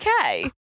okay